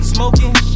Smoking